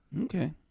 Okay